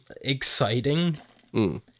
exciting